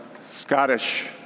Scottish